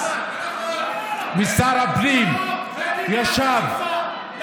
ושר הפנים ישב, לא.